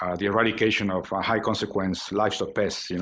um the eradication of high-consequence livestock pests, you know?